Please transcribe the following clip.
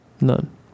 None